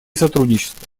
сотрудничества